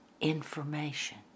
information